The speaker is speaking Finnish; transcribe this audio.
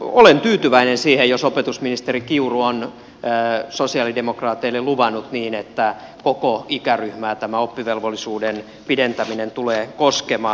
olen tyytyväinen siihen jos opetusministeri kiuru on sosialidemokraateille luvannut niin että koko ikäryhmää tämä oppivelvollisuuden pidentäminen tulee koskemaan